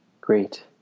Great